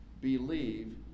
believe